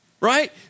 Right